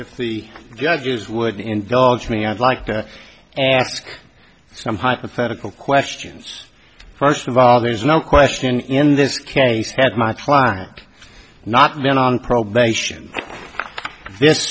if the judges would indulge me i'd like to ask some hypothetical questions first of all there's no question in this case had my client not been on probation this